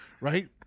Right